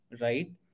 right